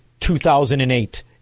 2008